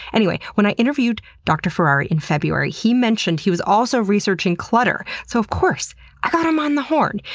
anyway, when i interviewed dr. ferrari in february, he mentioned he was also researching clutter, so of course i got him on the horn.